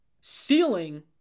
ceiling